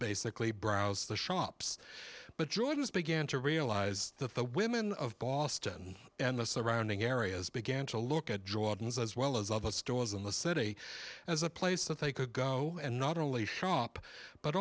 the browse the shops but jordans began to realize that the women of boston and the surrounding areas began to look at jordan's as well as all the stores in the city as a place that they could go and not only shop but